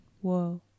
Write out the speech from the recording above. whoa